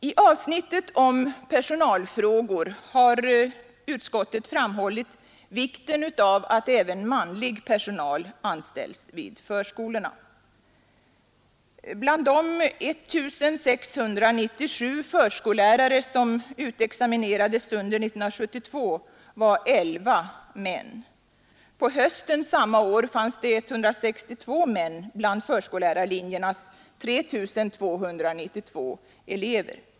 I avsnittet om personalfrågor har utskottet framhållit vikten av att även manlig personal anställs vid förskolorna. Bland de 1697 förskollärare som utexaminerades under 1972 var 11 män. På hösten samma år fanns 162 män bland förskollärarlinjens 3 292 elever.